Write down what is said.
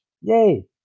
Yay